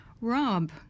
Rob